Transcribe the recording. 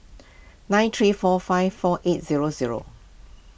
nine three four five four eight zero zero